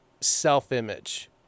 self-image